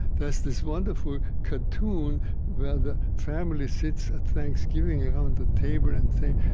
there's this wonderful cartoon where the family sits at thanksgiving around the table and say,